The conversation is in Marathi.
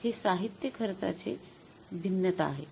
हे साहित्य खर्चाचे भिन्नता आहे